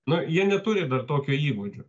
nu jie neturi dar tokio įgūdžio